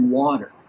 water